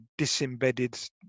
disembedded